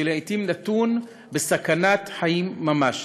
שלעתים נתון בסכנת חיים של ממש.